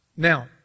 Now